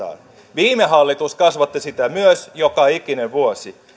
viime hallitus kasvatti sitä joka ikinen vuosi sitä